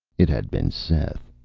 it had been seth,